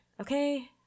okay